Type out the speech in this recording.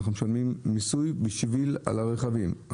אנחנו משלמים מיסוי בשביל על הרכבים,